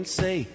say